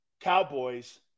Cowboys